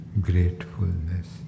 gratefulness